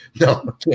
No